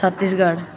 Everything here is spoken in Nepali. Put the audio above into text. छत्तिसगढ